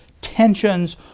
tensions